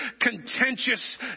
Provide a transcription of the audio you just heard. contentious